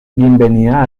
bienvenida